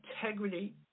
integrity